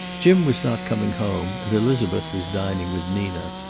jim was not coming home, and elizabeth was dining with nina.